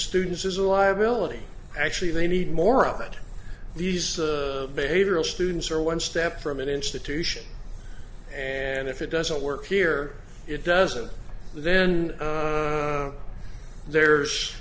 students is a liability actually they need more of it these behavioral students are one step from an institution and if it doesn't work here it doesn't then there's